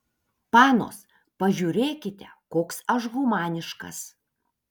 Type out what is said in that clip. panos pažiūrėkite koks aš humaniškas